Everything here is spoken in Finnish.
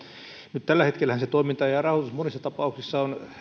nyt tällä hetkellähän se toiminta ja rahoitus monissa tapauksissa on